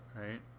Right